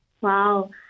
Wow